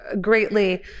greatly